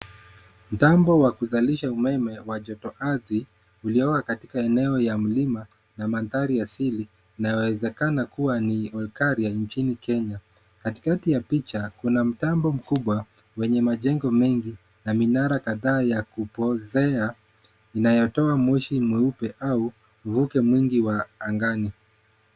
Mtambo wa kuzalisha umeme wa joto ardhi uliowa katika eneo ya mlima na mandhari asili inawezekana kuwa ni ekari ya nchini Kenya. Katikati ya picha kuna mtambo mkubwa wenye majengo mengi na minara kadhaa ya kupozea inayotoa moshi mweupe au mvuke mwingi wa angani.